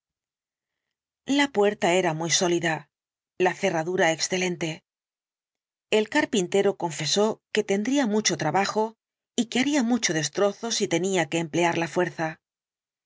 la puerta era muy sólida la cerradura excelente el carpintero confesó que tendría mucho trabajo y que haría mucho destrozo si tenía que emplear la fuerza